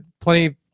plenty –